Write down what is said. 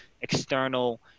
external